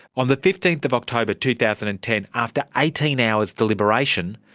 on the fifteenth of october two thousand and ten, after eighteen hours deliberation,